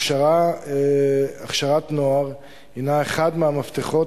הכשרה של בני נוער הינה אחד מהמפתחות